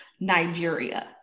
Nigeria